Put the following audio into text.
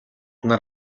нар